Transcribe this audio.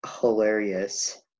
hilarious